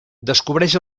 descobreix